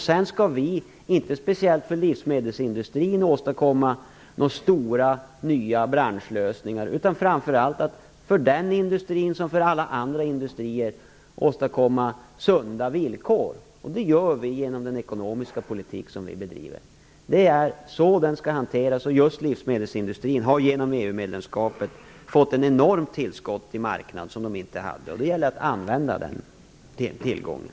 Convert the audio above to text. Sedan skall vi inte speciellt för livsmedelsindustrin åstadkomma några stora nya branschlösningar, utan vi skall framför allt åstadkomma sunda villkor för den industrin liksom för all annan industri. Det gör vi genom den ekonomiska politik som vi bedriver. Det är så det hela skall hanteras. Just livsmedelsindustrin har genom EU medlemskapet fått ett enormt tillskott av marknad, och det gäller att använda den tillgången.